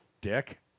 Dick